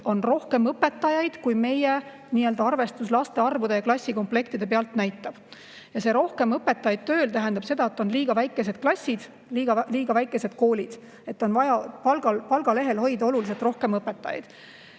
on rohkem õpetajaid, kui meie arvestus laste arvu ja klassikomplektide pealt näitab. See rohkem õpetajaid tööl tähendab seda, et on liiga väikesed klassid, liiga väikesed koolid ja et on vaja palgalehel hoida oluliselt rohkem õpetajaid.